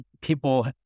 people